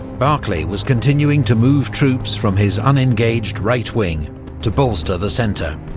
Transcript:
barclay was continuing to move troops from his unengaged right wing to bolster the centre.